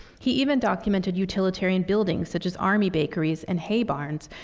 he even documented utilitarian buildings, such as army bakeries and hay barns,